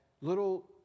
little